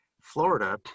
Florida